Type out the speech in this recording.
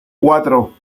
cuatro